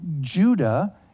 Judah